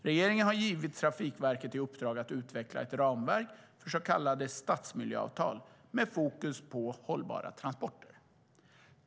Regeringen har givit Trafikverket i uppdrag att utveckla ett ramverk för så kallade stadsmiljöavtal med fokus på hållbara transporter.